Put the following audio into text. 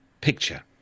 picture